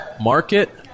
Market